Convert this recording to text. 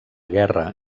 guerra